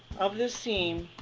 of the seam